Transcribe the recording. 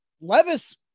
Levis